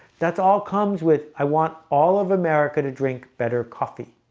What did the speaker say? that's all comes with i want all of america to drink better coffee